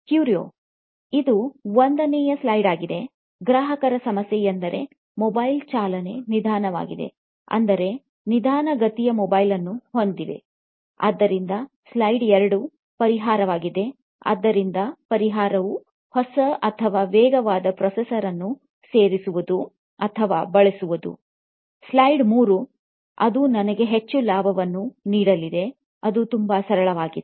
ಕ್ಯೂರಿಯೊ ಇದು ಒಂದನೆಯ ಸ್ಲೈಡ್ ಆಗಿದೆ ಗ್ರಾಹಕರ ಸಮಸ್ಯೆ ಎಂದರೆ ಮೊಬೈಲ್ ಚಾಲನೆ ನಿಧಾನವಾಗಿದೆ ಅಂದರೆ ನಿಧಾನಗತಿಯ ಮೊಬೈಲ್ ಅನ್ನು ಹೊಂದಿದೆ ಆದ್ದರಿಂದ ಸ್ಲೈಡ್ ಎರಡು ಪರಿಹಾರವಾಗಿದೆ ಆದ್ದರಿಂದ ಪರಿಹಾರವು ಹೊಸ ಅಥವಾ ವೇಗವಾದ ಪ್ರೊಸೆಸರ್ ಅನ್ನು ಸೇರಿಸುವುದು ಅಥವಾ ಬಳಸುವುದು ಸ್ಲೈಡ್ ಮೂರು ಅದು ನನಗೆ ಹೆಚ್ಚು ಲಾಭವನ್ನು ನೀಡಲಿದೆ ಅದು ತುಂಬಾ ಸರಳವಾಗಿದೆ